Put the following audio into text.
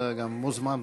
אתה מוזמן.